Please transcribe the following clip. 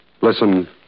Listen